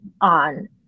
on